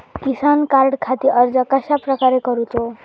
किसान कार्डखाती अर्ज कश्याप्रकारे करूचो?